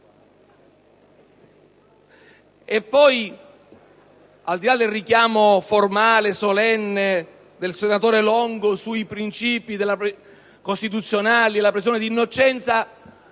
Inoltre, al di là del richiamo formale e solenne del senatore Longo ai principi costituzionali della presunzione di innocenza,